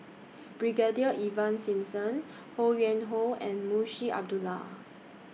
Brigadier Ivan Simson Ho Yuen Hoe and Munshi Abdullah